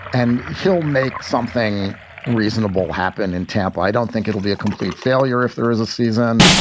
and he'll make something reasonable happen in tampa. i don't think it will be a complete failure if there is a season.